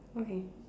okay